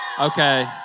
Okay